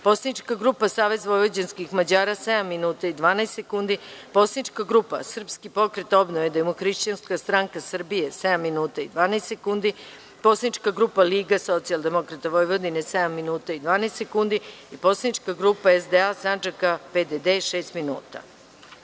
Poslanička grupa Savez vojvođanskih Mađara – 7 minuta i 12 sekundi; Poslanička grupa Srpski pokret obnove, Demohrišćanska stranka Srbije – 7 minuta i 12 sekundi; Poslanička grupa Liga socijaldemokrata Vojvodine – 7 minuta i 12 sekundi; Poslanička grupa SDA SANDžAKA – PDD – 6